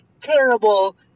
terrible